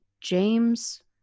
James